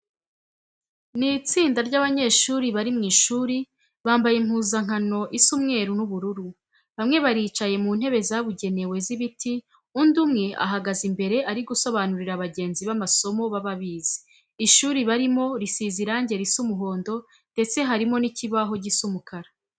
Ni istsinda ry'abanyeshuri bari mu ishuri, bambaye impuzankno isa umweru n'ubururu. Bamwe baricaye mu ntebe zabugenewe z'ibiti, undi umwe ahagaze imbere ari gusobanurira bagenzi be amasomo baba bize. Ishuri barimo risize irange risa umuhondo ndetse harimo n'ikibaho gisa umukara.